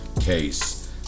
case